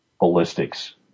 ballistics